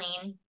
clean